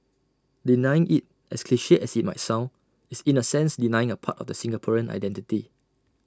denying IT as cliche as IT might sound is in A sense denying A part of the Singaporean identity